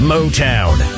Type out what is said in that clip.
Motown